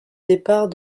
départ